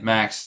Max